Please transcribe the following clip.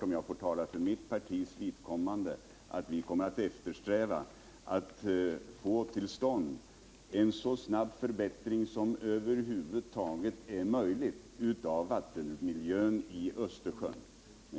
Om jag får tala för mitt parti, kommer vi givetvis att eftersträva att få till stånd en så snabb förbättring som över huvud taget är möjlig av vattenmiljön i Östersjön.